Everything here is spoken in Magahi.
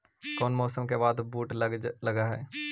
कोन मौसम के बाद बुट लग है?